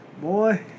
Boy